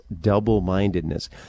double-mindedness